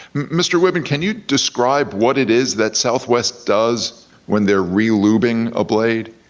mr. wibben, can you describe what it is that southwest does when they're relubing a blade?